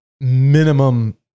minimum